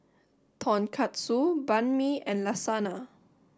Tonkatsu Banh Mi and Lasagna